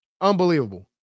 Unbelievable